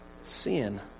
Sin